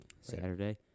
Saturday